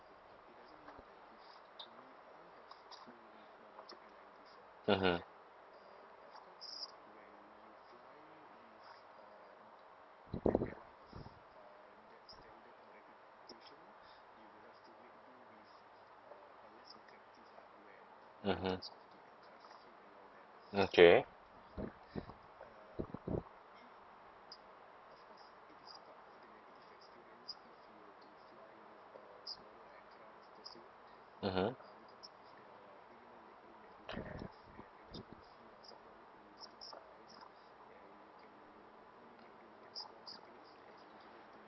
mmhmm mmhmm okay mmhmm